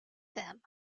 them